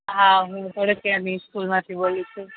હા હું સ્કૂલમાંથી બોલું છું